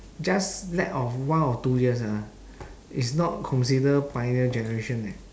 just lack of one or two years ah is not consider pioneer generation leh